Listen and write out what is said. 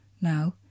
Now